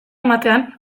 ematean